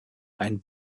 ein